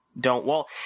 don't—well